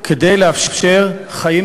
יפעת קריב,